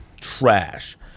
Trash